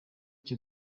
cyo